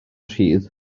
rhydd